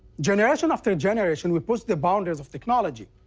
generation after generation, we pushed the boundaries of technology,